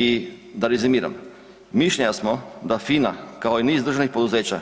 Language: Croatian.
I da rezimiram, mišljenja smo da HINA kao i niz državnih poduzeća